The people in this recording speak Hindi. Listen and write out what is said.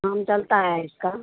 नाम चलता है इसका